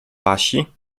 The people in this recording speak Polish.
wasi